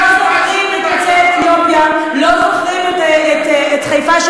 לא זוכרים את יוצאי אתיופיה,